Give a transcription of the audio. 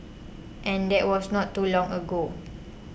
and that was not too long ago